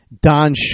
Don